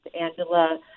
Angela